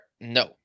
No